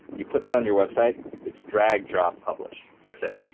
you put that on your website it's drag, drop, publish. that's it.